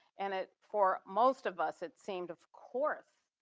and it for most of us it seemed, of course,